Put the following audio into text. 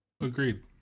Agreed